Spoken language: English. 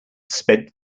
spent